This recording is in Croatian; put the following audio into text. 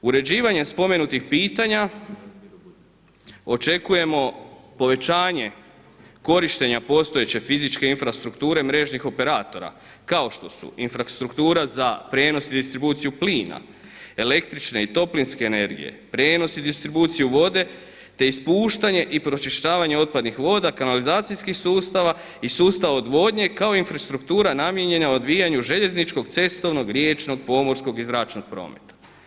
Uređivanjem spomenutih pitanja očekujemo povećanje korištenja postojeće fizičke infrastrukture mrežnih operatora kao što su infrastruktura za prijenos i distribuciju plina, električne i toplinske energije, prijenos i distribuciju vode, te ispuštanje i pročišćavanje otpadnih voda, kanalizacijskih sustava i sustava odvodnje, kao i infrastruktura namijenjena odvijanju željezničkog, cestovnog, riječnog, pomorskog i zračnog prometa.